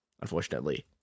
Unfortunately